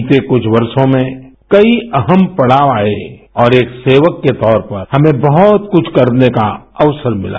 बीते कुछ वर्षों में कई अहम पड़ाव आये और एक सेवक के तौर पर हमें बहुत कुछ करने का अवसर मिला